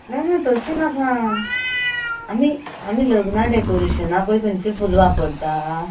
ना ना तशीं नाका आमी आमी लग्ना डॅकोरेशनांक खंयची फुलां वापरता